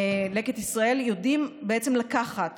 יודעים לקחת